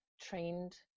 trained